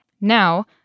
Now